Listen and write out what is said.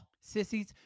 Sissies